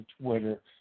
Twitter